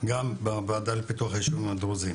גם בוועדה לפיתוח היישובים הדרוזים